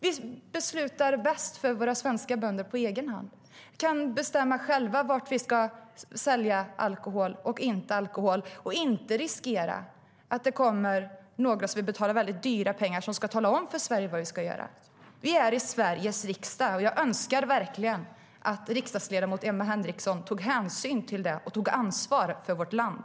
Vi beslutar bäst för våra svenska bönder på egen hand. Vi kan bestämma själva var vi ska sälja alkohol och inte. Då behöver vi inte riskera att det kommer några som vill betala väldigt dyrt och som ska tala om för Sverige vad vi ska göra. Vi är i Sveriges riksdag. Jag önskar verkligen att riksdagsledamot Emma Henriksson tog hänsyn till det och tog ansvar för vårt land.